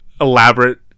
elaborate